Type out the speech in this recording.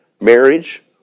marriage